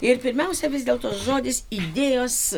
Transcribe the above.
ir pirmiausia vis dėlto žodis idėjos